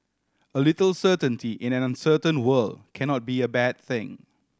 a little certainty in an uncertain world cannot be a bad thing